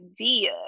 idea